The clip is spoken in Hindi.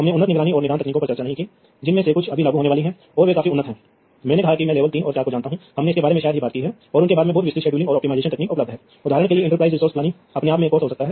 तो अब इस रिपीटर को पता चल जाएगा कि यह अपने सेगमेंट के किसी डिवाइस के लिए है इसलिए यह इसे बस में फिर से भेज देगा जबकि इस रिपीटर को पता चल जाएगा कि यह डिवाइस के लिए नहीं है डिवाइस नंबर दो अपने सेगमेंट पर मौजूद नहीं है